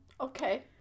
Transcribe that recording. Okay